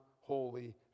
holy